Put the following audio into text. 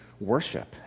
worship